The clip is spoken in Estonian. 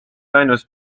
ainus